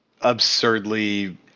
absurdly